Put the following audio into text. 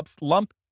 lump